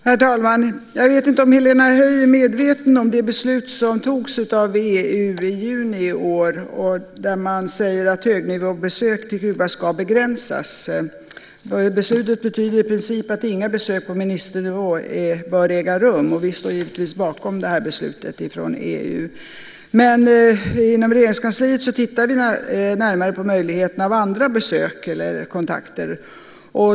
Herr talman! Jag vet inte om Helena Höij är medveten om det beslut som fattades av EU i juni i år, där man säger att högnivåbesök till Kuba ska begränsas. Beslutet betyder i princip att inga besök på ministernivå bör äga rum. Vi står givetvis bakom det beslutet från EU. Inom Regeringskansliet tittar vi dock närmare på möjligheten till andra besök eller kontakter.